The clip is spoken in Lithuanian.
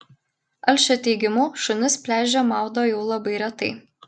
alšio teigimu šunis pliaže maudo jau labai retai